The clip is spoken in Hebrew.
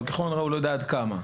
אבל ככל הנראה הוא לא יודע עד כמה.